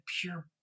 pure